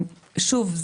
שוב,